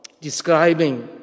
describing